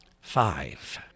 Five